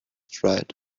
dried